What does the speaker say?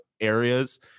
areas